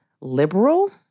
liberal